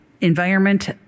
environment